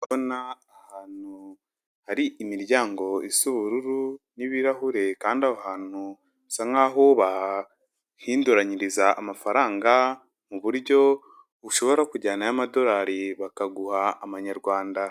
Ndabona ahantu hari imiryango isa ubururu n'ibirahure kandi aho ahantu hasa nkaho bahinduranyiriza amafaranga mu buryo ushobora kujyanayo amadorari bakaguha amanyarwanda.